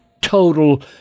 total